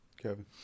Kevin